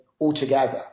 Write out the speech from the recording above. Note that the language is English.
altogether